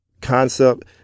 concept